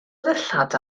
ddillad